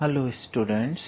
hello students